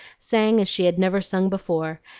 sang as she had never sung before,